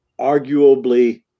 arguably